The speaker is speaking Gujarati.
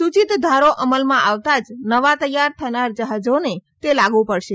સૂચિત ધારો અમલમાં આવતા જ નવા તૈયાર થનાર જહાજોને તે લાગુ પડશે